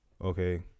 okay